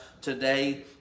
Today